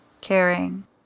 caring